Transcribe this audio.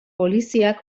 poliziak